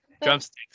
drumsticks